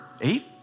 eight